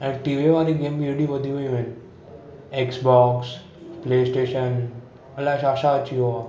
ऐं टीवीयुनि वारी गेम बि एॾी वधियूं वेयूं आहिनि एक्सबॉक्स प्लै स्टेशन अलाए छा छा अची वियो आहे